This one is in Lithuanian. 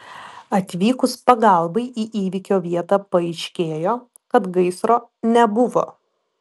atvykus pagalbai į įvykio vietą paaiškėjo kad gaisro nebuvo